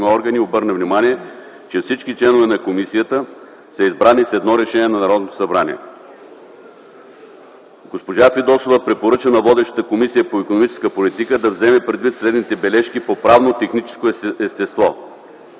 органи, и обърна внимание, че всички членове на комисията са избрани с едно решение на Народното събрание. Госпожа Фидосова препоръча на водещата Комисия по икономическа политика да вземе предвид следните бележки от правно-техническо естество: